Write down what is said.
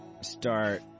start